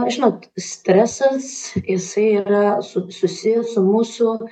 na žinot stresas jisai yra su susijęs su mūsų